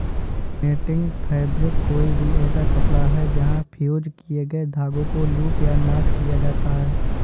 netting fabric कोई भी ऐसा कपड़ा है जहाँ फ़्यूज़ किए गए धागों को लूप या नॉट किया जाता है